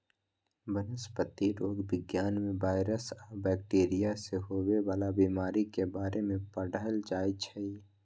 वनस्पतिरोग विज्ञान में वायरस आ बैकटीरिया से होवे वाला बीमारी के बारे में पढ़ाएल जाई छई